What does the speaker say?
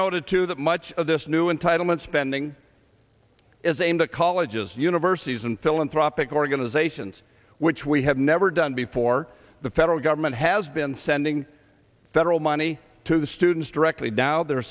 noted too that much of this new entitlement spending is aimed at colleges universities and philanthropic organizations which we have never done before the federal government has been sending federal money to the students directly doubt they